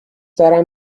دارم